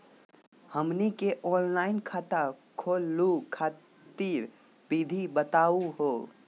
हमनी के ऑनलाइन खाता खोलहु खातिर विधि बताहु हो?